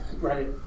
Right